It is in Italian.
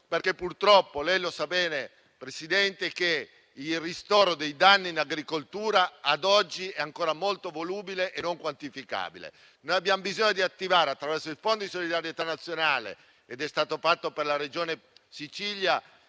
perché purtroppo - lei lo sa bene, Presidente - che il ristoro dei danni in agricoltura ad oggi è ancora molto variabile e non quantificabile. Abbiamo bisogno di attivare attraverso il Fondo di solidarietà nazionale - è stato fatto per la Regione Sicilia